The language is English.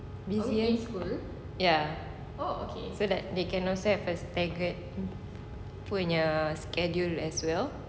busy uh ya so that they can now set a target put in your schedule as well